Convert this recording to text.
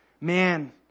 Man